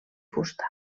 fusta